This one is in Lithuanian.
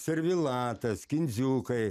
servilatas skindziukai